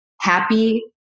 happy